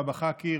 הבאבא חאקי,